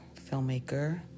filmmaker